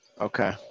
Okay